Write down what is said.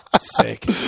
Sick